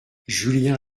julien